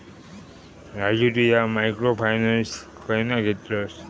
राजू तु ह्या micro finance खयना घेतलस?